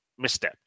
misstepped